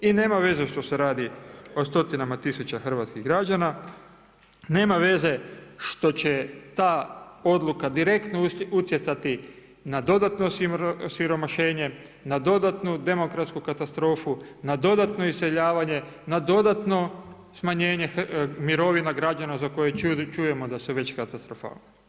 I nema veza što se radi o stotinama tisuća hrvatskih građana, nema veze što će ta odluka direktno utjecati na dodatno osiromašenje, na dodatnu demokratsku katastrofu, na dodatno iseljavanje, na dodatno smanjenje mirovina građana za koje čujemo da su već katastrofalne.